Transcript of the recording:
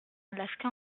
alaska